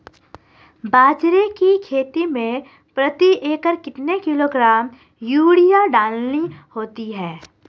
बाजरे की खेती में प्रति एकड़ कितने किलोग्राम यूरिया डालनी होती है?